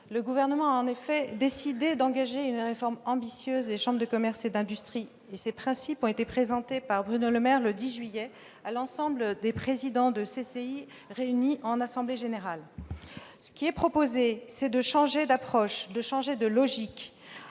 le Gouvernement a en effet décidé d'engager une réforme ambitieuse des chambres de commerce et d'industrie, dont les principes ont été présentés par Bruno Le Maire, le 10 juillet dernier, à l'ensemble des présidents de CCI réunis en assemblée générale. Ce qui est proposé, c'est de changer d'approche et de logique,